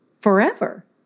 forever